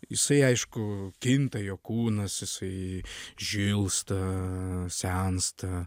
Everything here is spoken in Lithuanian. jisai aišku kinta jo kūnas jisai žilsta sensta